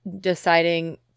deciding